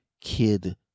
kid